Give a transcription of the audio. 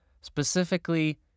specifically